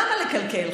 למה לקלקל?